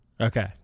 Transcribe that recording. okay